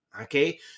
okay